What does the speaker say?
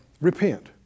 Repent